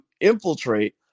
infiltrate